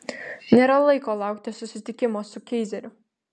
nėra laiko laukti susitikimo su keizeriu